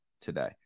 today